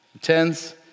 tens